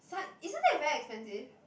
isn't that very expensive